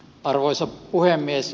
arvoisa puhemies